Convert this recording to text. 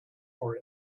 for